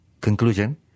conclusion